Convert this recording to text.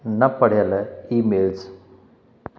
न पढ़ियल ईमेल्स